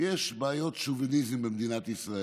ההתבוללות הנוראה של היהודים,